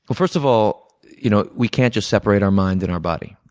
but first of all, you know we can't just separate our minds and our body.